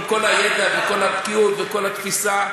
עם כל הידע וכל הבקיאות וכל התפיסה,